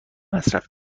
مصرف